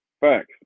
Facts